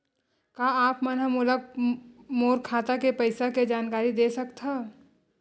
का आप मन ह मोला मोर खाता के पईसा के जानकारी दे सकथव?